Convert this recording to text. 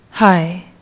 Hi